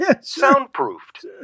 soundproofed